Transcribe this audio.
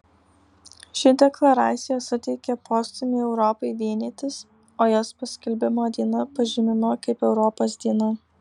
ši deklaracija suteikė postūmį europai vienytis o jos paskelbimo diena pažymima kaip europos diena